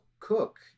cook